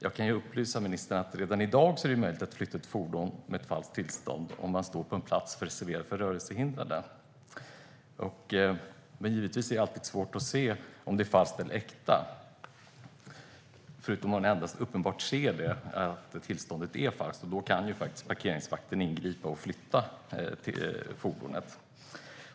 Jag kan upplysa ministern om att det redan i dag är möjligt att flytta ett fordon med falskt tillstånd om det står på en plats reserverad för rörelsehindrade. Men givetvis är det alltid svårt att se om det är falskt eller äkta. En parkeringsvakt som ser att tillståndet är uppenbart falskt kan dock ingripa och flytta fordonet.